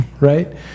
right